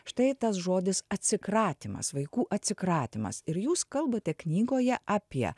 štai tas žodis atsikratymas vaikų atsikratymas ir jūs kalbate knygoje apie